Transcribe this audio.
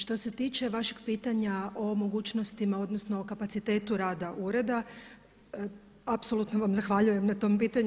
Što se tiče vašeg pitanja o mogućnostima, odnosno o kapacitetu rada ureda apsolutno vam zahvaljujem na tom pitanju.